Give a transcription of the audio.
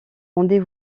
rendez